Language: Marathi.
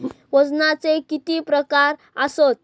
वजनाचे किती प्रकार आसत?